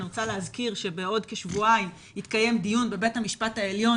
אני רוצה להזכיר שבעוד כשבועיים יתקיים דיון בבית המשפט העליון,